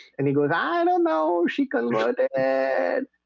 and he goes, i don't know she converted and